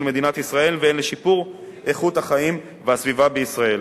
מדינת ישראל והן לשיפור איכות החיים והסביבה בישראל.